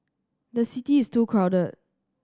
the city is too crowded